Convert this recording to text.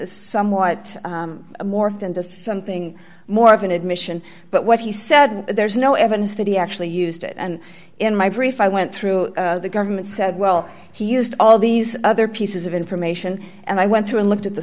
somewhat morphed into something more of an admission but what he said there's no evidence that he actually used it and in my brief i went through the government said well he used all these other pieces of information and i went through and looked at the